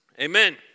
Amen